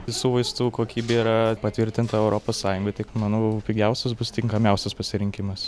visų vaistų kokybė yra patvirtinta europos sąjungoj tik manau pigiausias bus tinkamiausias pasirinkimas